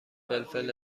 فلفل